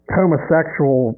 homosexual